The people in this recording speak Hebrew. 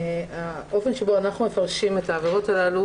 האופן שבו אנחנו מפרשים את העבירות הללו